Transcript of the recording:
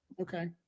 Okay